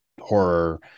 horror